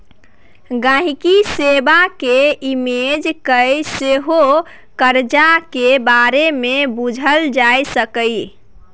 गांहिकी सेबा केँ इमेल कए सेहो करजा केर बारे मे बुझल जा सकैए